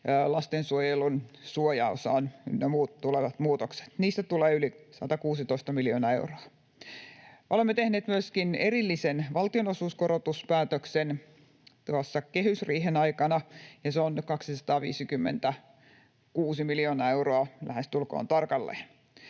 lastensuojelun suojaosaan ynnä muihin tulevat muutokset. Niistä tulee yli 116 miljoonaa euroa. Olemme tehneet myöskin erillisen valtionosuuskorotuspäätöksen kehysriihen aikana, ja se on 256 miljoonaa euroa lähestulkoon tarkalleen.